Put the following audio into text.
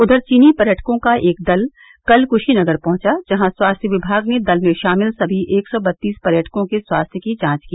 उधर चीनी पर्यटकों का एक दल कल कृशीनगर पहुंचा जहां स्वास्थ्य विभाग ने दल में शामिल सभी एक सौ बत्तीस पर्यटकों के स्वास्थ्य की जांच की